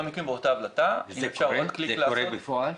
וזה קורה בפועל?